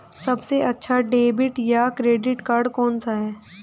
सबसे अच्छा डेबिट या क्रेडिट कार्ड कौन सा है?